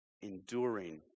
enduring